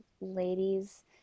ladies